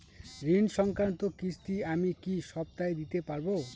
ঋণ সংক্রান্ত কিস্তি আমি কি সপ্তাহে দিতে পারবো?